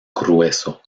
grueso